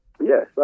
Yes